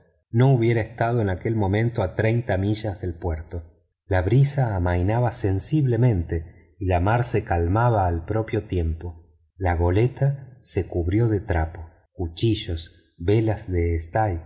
horas hubiera estado en aquel momento a treinta millas del puerto la brisa amainaba sensiblemente y la mar se calmaba al propio tiempo la goleta se cubrió de trapo cuchillos velas de